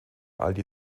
aldi